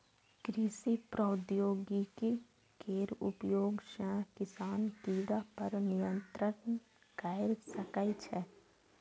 कृषि प्रौद्योगिकी केर उपयोग सं किसान कीड़ा पर नियंत्रण कैर सकै छै